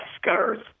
scars